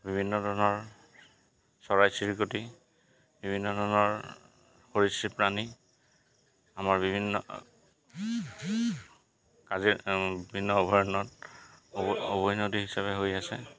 বিভিন্ন ধৰণৰ চৰাই চিৰিকতি বিভিন্ন ধৰণৰ সৰীসৃপ প্ৰাণী আমাৰ বিভিন্ন কাজিৰঙাৰ বিভিন্ন অভয়াৰণ্যত উভৈনদী হিচাপে হৈ আছে